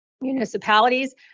Municipalities